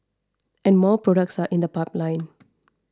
and more products are in the pipeline